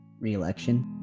re-election